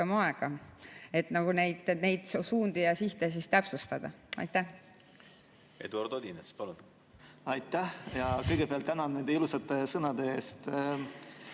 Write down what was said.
aega, et neid suundi ja sihte täpsustada. Eduard Odinets, palun! Aitäh! Kõigepealt tänan nende ilusate sõnade eest